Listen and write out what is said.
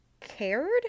cared